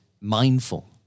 mindful